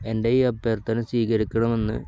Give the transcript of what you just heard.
എൻ്റെ ഈ അഭ്യർത്ഥന സ്വീകരിക്കണമെന്ന്